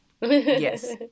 Yes